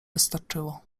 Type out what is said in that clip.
wystarczyło